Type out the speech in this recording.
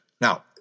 Now